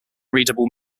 readable